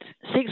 six